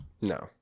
No